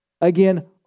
Again